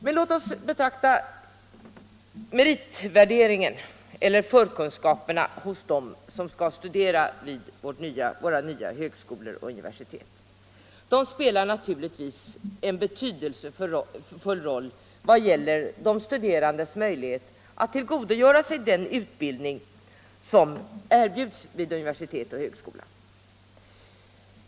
Men låt oss betrakta förkunskaperna hos dem som skall studera vid våra nya högskolor och universitet. De spelar naturligtvis en betydelsefull roll vad det gäller de studerandes möjlighet att tillgodogöra sig den utbildning som erbjuds vid universitet och högskolor.